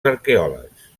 arqueòlegs